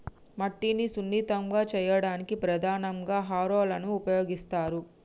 మట్టిని సున్నితంగా చేయడానికి ప్రధానంగా హారోలని ఉపయోగిస్తరు